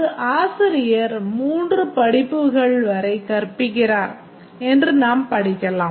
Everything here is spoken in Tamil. ஒரு ஆசிரியர் 3 படிப்புகள் வரை கற்பிக்கிறார் என்று நாம் படிக்கலாம்